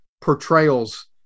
portrayals